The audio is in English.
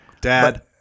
Dad